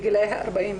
בגילאי ה-40,